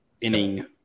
inning